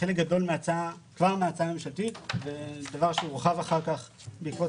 חלק גדול מההצעה כבר מההצעה הממשלתית הוא דבר שהורחב אחר כך בעקבות